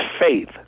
faith